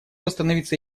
остановиться